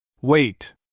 Wait